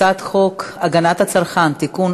הצעת חוק הגנת הצרכן (תיקון,